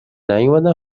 نیومدن